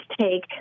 take